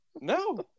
No